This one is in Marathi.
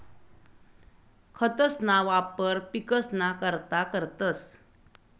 खतंसना वापर पिकसना करता करतंस